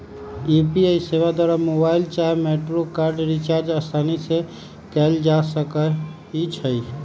UPI सेवा द्वारा mobile चाहे मेट्रो कार्ड रिचार्ज असानी से कएल जा सकइ छइ